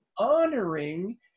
Honoring